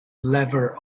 lever